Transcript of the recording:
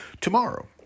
tomorrow